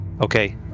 okay